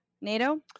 NATO